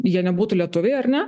jie nebūtų lietuviai ar ne